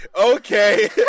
okay